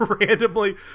randomly